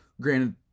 granted